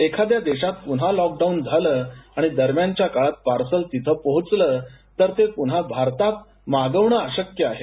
एखाद्या देशातपुन्हा लॉकडाऊन झालं आणि दरम्यानच्या काळात पार्सल तिथे पोहोचलं तर ते पुन्हा भारतात मागवणं अशक्य आहे